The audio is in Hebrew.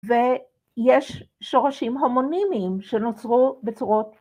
‫ויש שורשים הומונימיים ‫שנוצרו בצורות...